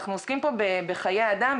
אנחנו עוסקים פה בחיי אדם,